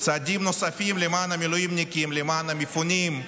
צעדים נוספים למען המילואימניקים, למען המפונים,